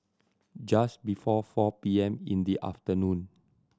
just before four P M in the afternoon